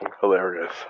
hilarious